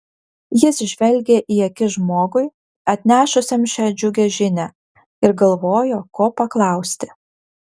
jis žvelgė į akis žmogui atnešusiam šią džiugią žinią ir galvojo ko paklausti